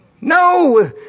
No